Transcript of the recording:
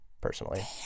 personally